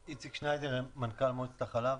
אני איציק שניידר, מנכ"ל מועצת החלב.